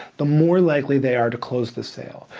the more likely they are to close the sale.